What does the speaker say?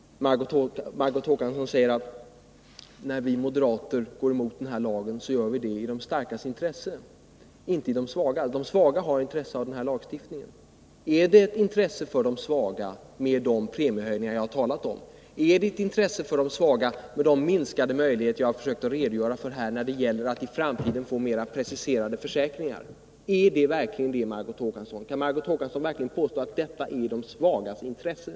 Margot Håkansson säger att vi moderater när vi går emot denna lag gör det i de starkas, inte i de svagas intresse. Är de premiehöjningar som jag har talat om och de av mig redovisade minskade möjligheterna att i framtiden få mera preciserade försäkringar ett intresse för de svaga? Kan Margot Håkansson verkligen påstå att detta ligger i de svagas intresse?